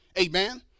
amen